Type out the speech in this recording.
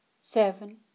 seven